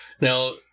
Now